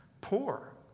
Poor